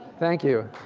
thank you.